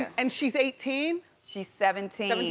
and she's eighteen? she's seventeen. um yeah